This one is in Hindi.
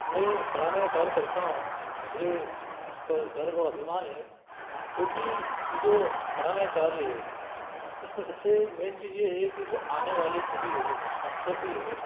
मैं पढ़ाने का कार्य करता हूँ मुझे इस पर गर्व और अभिमान है क्योंकि ये जो पढ़ाने का कार्य है इसमें सबसे मेन चीज ये है कि जो आने वाली पीढ़ी है जो संस्कृति है